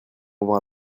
avoir